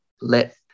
let